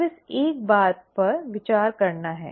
अब इस एक बात पर विचार करना है